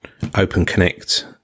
OpenConnect